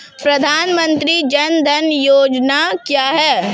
प्रधानमंत्री जन धन योजना क्या है?